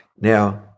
Now